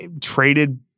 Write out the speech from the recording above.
traded